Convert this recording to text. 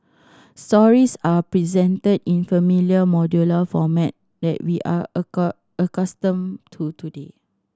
stories are presented in familiar modular format that we are accustomed to today